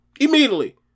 Immediately